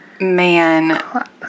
man